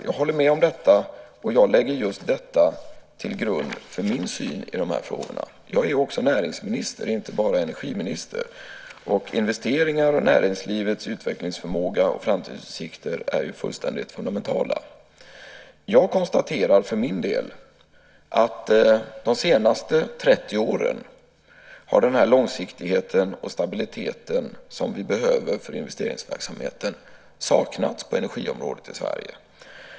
Jag håller med om detta, och jag lägger just detta till grund för min syn i de här frågorna. Jag är också näringsminister, inte bara energiminister. Investeringar och näringslivets utvecklingsförmåga och framtidsutsikter är fullständigt fundamentala. Jag konstaterar att de senaste 30 åren har den långsiktighet och stabilitet som vi behöver för investeringsverksamheten saknats på energiområdet i Sverige.